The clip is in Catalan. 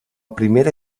primera